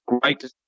great